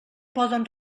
poden